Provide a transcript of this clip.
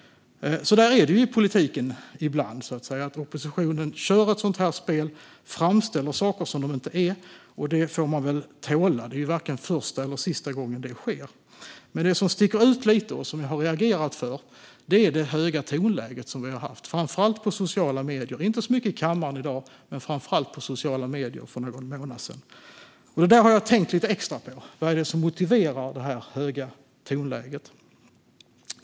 Så där är det ibland i politiken, det vill säga att oppositionen kör ett sådant här spel och framställer saker på ett sätt som inte stämmer. Det får man väl tåla - det är varken första eller sista gången det sker - men det som sticker ut lite och som jag har reagerat på är det höga tonläge vi har haft framför allt på sociala medier. Det har inte varit så mycket av det i kammaren i dag, men vi såg det framför allt på sociala medier för någon månad sedan. Jag har tänkt lite extra på det där. Vad är det som motiverar detta höga tonläge?